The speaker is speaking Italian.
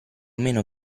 meno